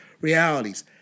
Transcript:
realities